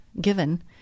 given